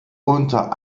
unter